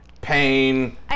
pain